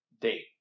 date